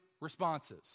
responses